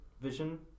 vision